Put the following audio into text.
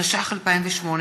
התשע"ח 2018,